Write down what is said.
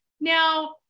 Now